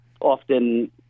often